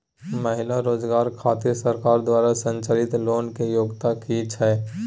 महिला रोजगार खातिर सरकार द्वारा संचालित लोन के योग्यता कि छै?